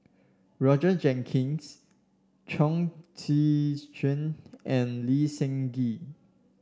Roger Jenkins Chong Tze Chien and Lee Seng Gee